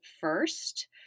first